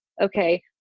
Okay